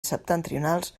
septentrionals